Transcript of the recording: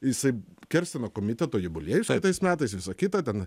jisai kersteno komiteto jubuliejus tais metais visa kita ten